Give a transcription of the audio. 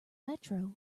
metro